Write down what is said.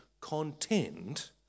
contend